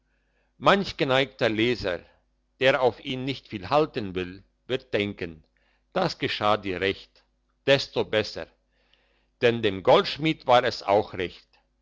manch geneigter leser der auf ihn nicht viel halten will wird denken das geschah dir recht desto besser denn dem goldschmied war es auch recht